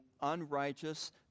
unrighteous